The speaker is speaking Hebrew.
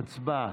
הצבעה.